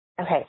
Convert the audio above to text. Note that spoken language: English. Okay